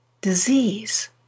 disease